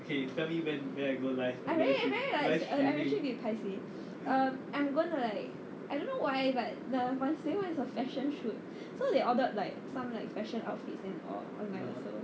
I very very like I actually a bit paiseh err I'm gonna like I don't know why but the is on fashion shoot so they ordered like some like fashion outfits and all